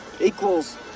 equals